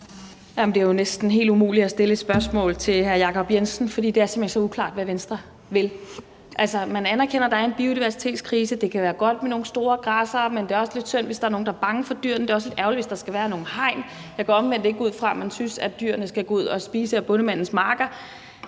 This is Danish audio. (RV): Jamen det er næsten helt umuligt at stille et spørgsmål til hr. Jacob Jensen, for det er simpelt hen så uklart, hvad Venstre vil. Altså, man anerkender, at der er en biodiversitetskrise, og at det kan være godt med nogle store græssere; men det er også lidt synd, hvis der er nogen, der er bange for dyrene, og det er også lidt ærgerligt, hvis der skal være nogle hegn. Jeg går omvendt ikke ud fra, at man synes, at dyrene skal gå ud og spise af bondemandens marker.